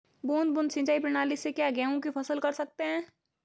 बूंद बूंद सिंचाई प्रणाली से क्या गेहूँ की फसल कर सकते हैं?